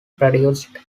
produced